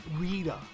Rita